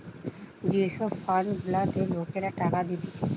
যে সব ফান্ড গুলাতে লোকরা টাকা দিতেছে